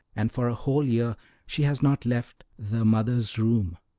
and for a whole year she has not left the mother's room.